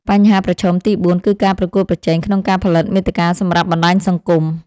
បញ្ហាប្រឈមទី៤ គឺការប្រកួតប្រជែងក្នុងការផលិតមាតិកាសម្រាប់បណ្ដាញសង្គម។